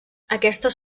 aquestes